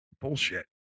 Bullshit